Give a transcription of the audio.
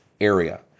area